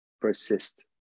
persist